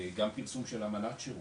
גם פרסום של אמנת שירות,